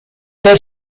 per